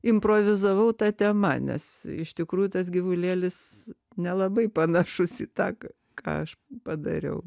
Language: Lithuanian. improvizavau ta tema nes iš tikrųjų tas gyvulėlis nelabai panašus į tą ką aš padariau